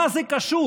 מה זה קשור